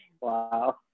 Wow